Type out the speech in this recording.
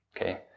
okay